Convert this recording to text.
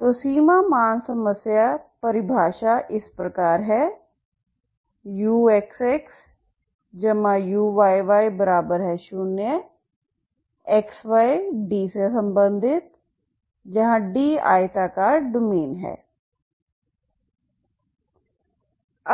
तो सीमा मान समस्या परिभाषा इस प्रकार है uxxuyy0 xy∈D जहां D आयताकार डोमेन है